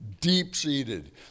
Deep-seated